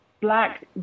black